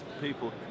people